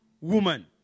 woman